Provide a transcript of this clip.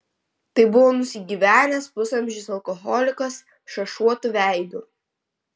tai buvo nusigyvenęs pusamžis alkoholikas šašuotu veidu